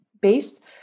based